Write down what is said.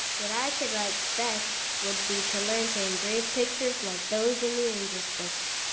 what i should like best would be to learn to engrave pictures like those in the english books.